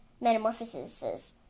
metamorphosis